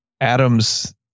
Adams